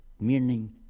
Meaning